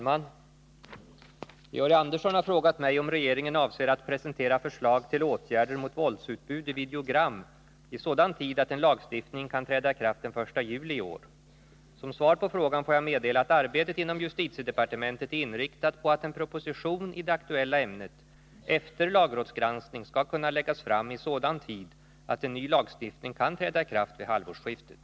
Den inom justitiedepartementet upprättade promemorian Våldet i videogram m.m. — Förslag angående lagstiftningsåtgärder har remissbehandlats. Att promemorian utarbetades mycket snabbt och att remisstiden har varit kort har motiverats av ärendets brådskande natur. I förteckningen över kommande propositioner finns frågan emellertid inte upptagen. Avser regeringen att presentera förslag om åtgärder mot våldsutbud i videogram i sådan tid att en lagstiftning kan träda i kraft från den 1 juli i år?